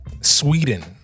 Sweden